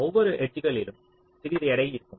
ஒவ்வொரு எட்ஜ்களிலும் சிறிது எடை இருக்கும்